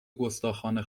گستاخانه